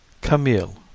Camille